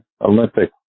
Olympic